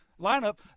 lineup